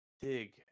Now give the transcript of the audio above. Dig